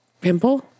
Pimple